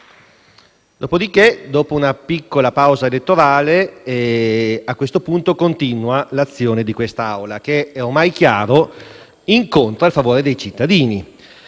Dopodiché, dopo una piccola pausa elettorale, a questo punto continua l'azione di questa Assemblea che - è ormai chiaro - incontra il favore dei cittadini,